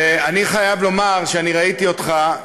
ואני חייב לומר שאני ראיתי אותך,